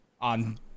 On